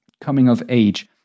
coming-of-age